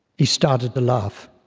he started to laugh.